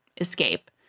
escape